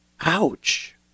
Ouch